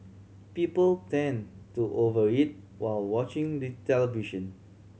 people tend to over eat while watching the television